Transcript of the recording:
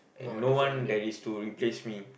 and no one there is to replace me